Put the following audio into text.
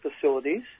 facilities